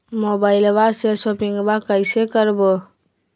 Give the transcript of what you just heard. मोबाइलबा से शोपिंग्बा कैसे करबै?